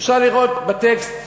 אפשר לראות בטקסט.